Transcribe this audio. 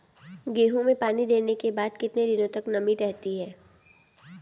गेहूँ में पानी देने के बाद कितने दिनो तक नमी रहती है?